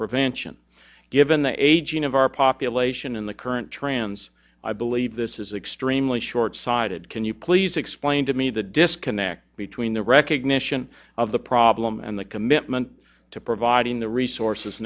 prevention given the aging of our population in the current trends i believe this is extremely short sided can you please explain to me the disconnect between the recognition of the problem and the commitment to providing the resources